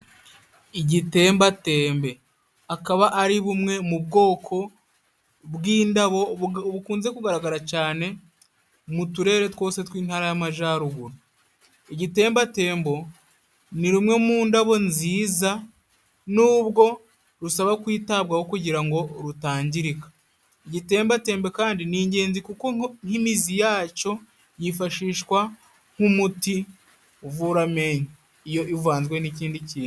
Igitembatembe. Akaba ari bumwe mu bwoko bw'indabo bukunze kugaragara cyane mu turere twose tw'Intara y'Amajaruguru. Igitembatembe ni rumwe mu ndabo nziza n'ubwo rusaba kwitabwaho kugira ngo rutangirika. Igitembatembe kandi ni ingenzi, kuko nk'imizi yacyo yifashishwa nk'umuti uvura amenyo, iyo ivanzwe n'ikindi kintu.